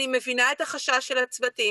יש אנשים,